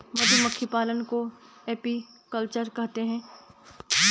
मधुमक्खी पालन को एपीकल्चर कहते है